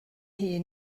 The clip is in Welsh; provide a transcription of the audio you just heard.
hun